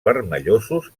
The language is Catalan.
vermellosos